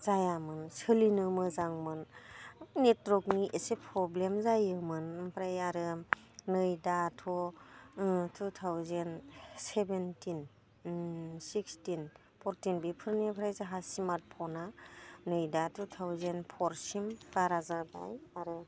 जायामोन सोलिनो मोजांमोन नेटवर्कनि एसे प्रब्लेम जायोमोन ओमफ्राय आरो नै दाथ' two thousand seventeen sixteen fourteen बेफोरनिफ्राय जोंहा स्मार्टफ'ना नै दा टु थावजेन्ड फरसिम बारा जाबाय आरो